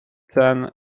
then